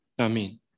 Amen